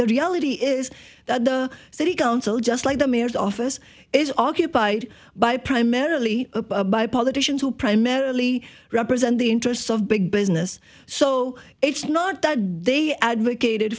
the reality is that the city council just like the mayor's office is occupied by primarily by politicians who primarily represent the interests of big business so it's not that they advocated